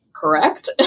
Correct